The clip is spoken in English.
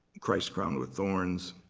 christ crowned with thorns.